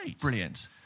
brilliant